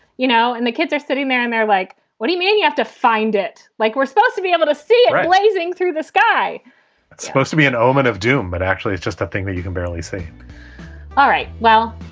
you know, and the kids are sitting there and they're like, what do you mean? you have to find it like we're supposed to be able to see it blazing through the sky it's supposed to be an omen of doom, but actually, it's just a thing that you can barely see all right. well,